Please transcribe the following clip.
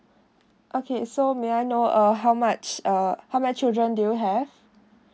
okay so may I know uh how much uh how many children do you have